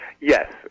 Yes